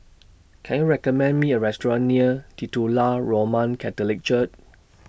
Can YOU recommend Me A Restaurant near Titular Roman Catholic Church